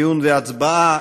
דיון והצבעה.